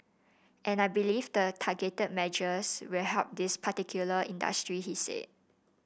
and I believe the targeted measures will help these particular industries he said